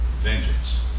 Vengeance